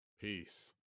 peace